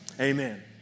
amen